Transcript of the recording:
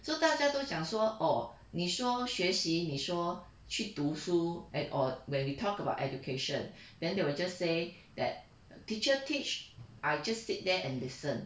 so 大家都讲说 oh 你说学习你说去读书 at or when we talk about education then they will just say that teacher teach I just sit there and listen